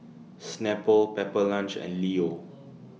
Snapple Pepper Lunch and Leo